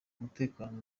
umutekano